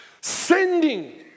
sending